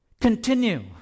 Continue